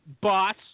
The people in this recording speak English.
boss